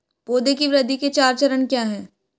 पौधे की वृद्धि के चार चरण क्या हैं?